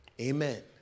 Amen